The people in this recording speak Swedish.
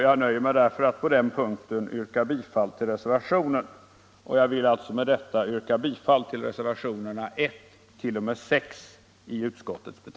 Jag nöjer mig därför med att på den punkten hemställa om bifall till reservationen. Jag vill med detta yrka bifall till reservationerna 1 t.o.m. 6.